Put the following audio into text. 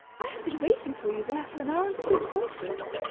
i have been waiting for you there for an hour and three-quarters.